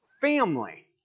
family